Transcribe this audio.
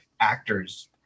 actors